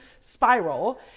spiral